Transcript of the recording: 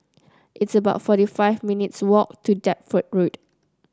it's about forty five minutes' walk to Deptford Road